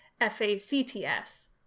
F-A-C-T-S